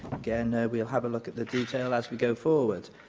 again, we'll have a look at the detail as we go forward.